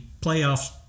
playoffs